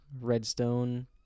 redstone